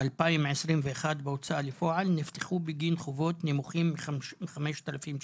2021 בהוצאה בפועל נפתחו בגין חובות נמוכים מ-5,000 שקלים.